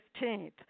15th